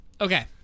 Okay